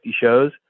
shows